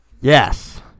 Yes